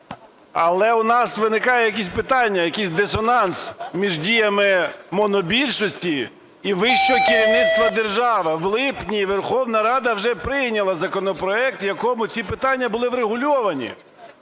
Але в нас виникають якісь питання, якийсь дисонанс між діями монобільшості і вищого керівництва держави. В липні Верховна Рада вже прийняла законопроект, в якому ці питання були врегульовані.